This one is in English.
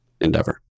endeavor